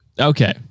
Okay